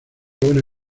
buena